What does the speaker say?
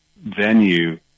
venue